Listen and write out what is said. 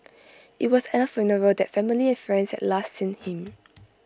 IT was at her funeral that family and friends had last seen him